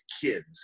kids